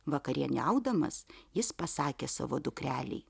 vakarieniaudamas jis pasakė savo dukrelei